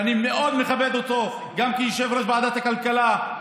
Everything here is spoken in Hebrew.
ואני מאוד מכבד אותו גם כיושב-ראש ועדת הכלכלה לשעבר.